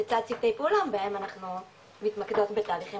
לצד שיתופי פעולה בהם אנחנו מתמקדות בתהליכים